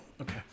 Okay